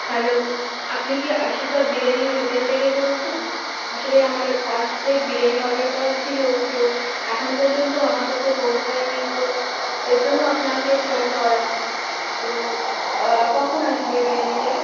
hello আপনি কি আশীর্বাদ বিরিয়ানির হোটেল থেকে বলছেন আসলে আমার পাঁচ প্লেট বিরিয়ানি অর্ডার করা ছিল তো এখনও পর্যন্ত আমার কাছে পৌঁছয়নি তো এর জন্য আপনাকে ফোন করা তো কখন আসবে বিরিয়ানিটা